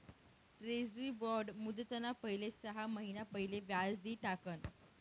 treasury bond मुदतना पहिले सहा महिना पहिले व्याज दि टाकण